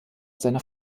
seiner